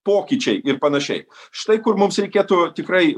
pokyčiai ir panašiai štai kur mums reikėtų tikrai